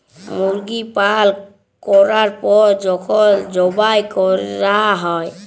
মুরগি পালল ক্যরার পর যখল যবাই ক্যরা হ্যয়